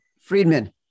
Friedman